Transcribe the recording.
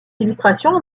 illustrations